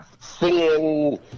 singing